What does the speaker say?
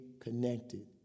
connected